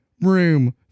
room